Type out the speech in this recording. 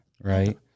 right